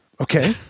Okay